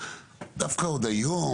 דווקא עוד היום,